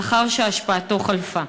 לאחר שהשפעתו חלפה.